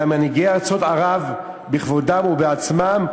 אלא מנהיגי ארצות ערב בכבודם ובעצמם.